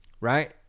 Right